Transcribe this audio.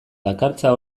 dakartza